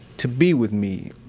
to be with me.